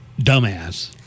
dumbass